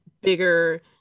bigger